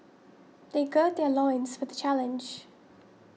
they gird their loins for the challenge